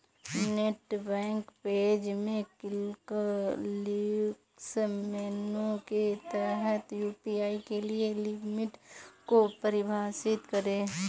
net bank page में quick links menu के तहत यू.पी.आई के लिए लिमिट को परिभाषित करें